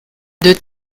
deux